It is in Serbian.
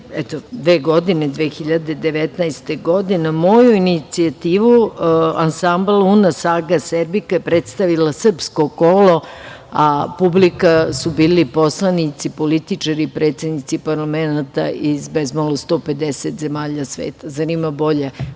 pre dve godine, 2019. godine, na moju inicijativu ansambl „Una Saga Serbika“ je predstavila srpsko kolo, a publika su bili poslanici, političari i predsednici parlamenata iz bezmalo 150 zemalja sveta. Zar ima bolje